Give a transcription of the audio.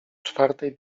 czwartej